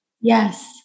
Yes